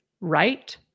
right